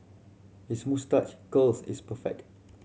his moustache curl is perfect